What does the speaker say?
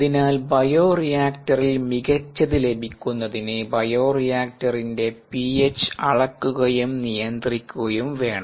അതിനാൽ ബയോറിയാക്റ്ററിൽ മികച്ചത് ലഭിക്കുന്നതിന് ബയോറിയാക്റ്ററിൻറെ പിഎച്ച് അളക്കുകയും നിയന്ത്രിക്കുകയും വേണം